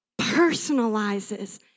personalizes